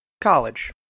college